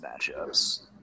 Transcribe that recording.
matchups